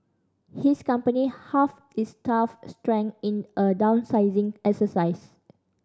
his company half its staff strength in a downsizing exercise